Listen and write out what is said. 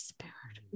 Spirit